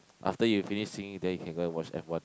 after you finish singing then you can go and watch F one